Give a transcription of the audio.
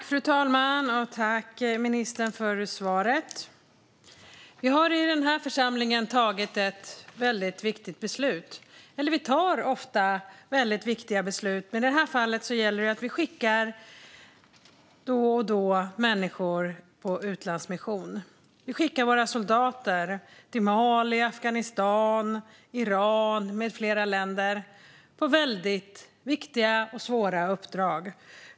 Fru talman! Tack, ministern, för svaret! Vi har i denna församling tagit ett väldigt viktigt beslut. Vi tar ofta väldigt viktiga beslut, men i det här fallet gäller det att vi då och då skickar människor på utlandsmission. Vi skickar våra soldater till Mali, Afghanistan, Iran med flera länder på väldigt viktiga och svåra uppdrag.